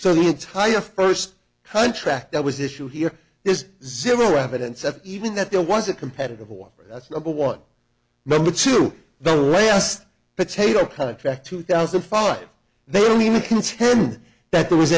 so the entire first contract that was issue here is zero evidence that even that there was a competitive one that's number one number two the last potato contract two thousand and five they don't even contend that there was